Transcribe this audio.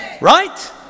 Right